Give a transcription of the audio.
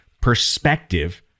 perspective